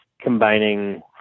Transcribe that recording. combining